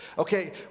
Okay